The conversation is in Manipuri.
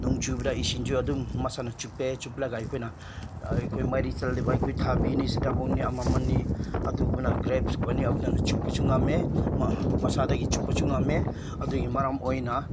ꯅꯣꯡ ꯆꯨꯕꯗ ꯏꯁꯤꯡꯁꯨ ꯑꯗꯨꯝ ꯃꯁꯥꯅ ꯆꯨꯞꯄꯦ ꯆꯨꯞꯂꯒ ꯑꯩꯈꯣꯏꯅ ꯑꯩꯈꯣꯏ ꯃꯔꯤ ꯆꯠꯂꯤꯕ ꯑꯩꯈꯣꯏ ꯊꯕꯤꯅꯤ ꯁꯤꯇꯥꯕꯣꯟꯅꯤ ꯑꯃ ꯑꯃꯅꯤ ꯑꯗꯨꯒꯨꯝꯕꯅ ꯒ꯭ꯔꯦꯞꯁꯀꯨꯝꯕꯅꯤ ꯑꯗꯨꯅ ꯆꯨꯞꯄꯁꯨ ꯉꯝꯃꯦ ꯃꯁꯥꯗꯒꯤ ꯆꯨꯞꯄꯁꯨ ꯉꯝꯃꯦ ꯑꯗꯨꯒꯤ ꯃꯔꯝ ꯑꯣꯏꯅ